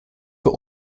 für